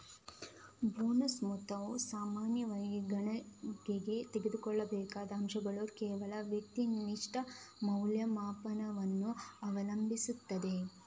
bonus ಮೊತ್ತವು ಸಾಮಾನ್ಯವಾಗಿ ಗಣನೆಗೆ ತೆಗೆದುಕೊಳ್ಳಬೇಕಾದ ಅಂಶಗಳ ಕೆಲವು ವ್ಯಕ್ತಿನಿಷ್ಠ ಮೌಲ್ಯಮಾಪನವನ್ನು ಅವಲಂಬಿಸಿರುತ್ತದೆ